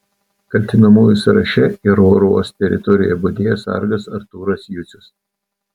kaltinamųjų sąraše ir oro uosto teritorijoje budėjęs sargas artūras jucius